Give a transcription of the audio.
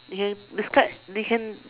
you can describe they can